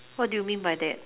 what do you mean by that